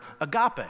agape